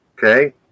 Okay